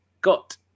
got